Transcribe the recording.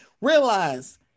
realize